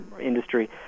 industry